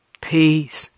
Peace